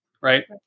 right